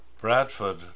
Bradford